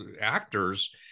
actors